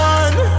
one